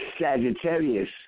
Sagittarius